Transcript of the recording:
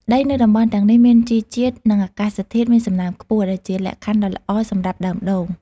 ដីនៅតំបន់ទាំងនេះមានជីជាតិ និងអាកាសធាតុមានសំណើមខ្ពស់ ដែលជាលក្ខខណ្ឌដ៏ល្អសម្រាប់ដើមដូង។